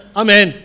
amen